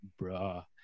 bruh